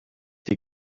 die